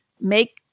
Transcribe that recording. make